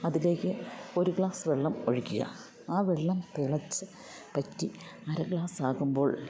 അതിലേക്ക് ഒരു ഗ്ലാസ് വെള്ളം ഒഴിക്കുക ആ വെള്ളം തിളച്ച് വറ്റി അര ഗ്ലാസാകുമ്പോൾ